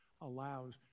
allows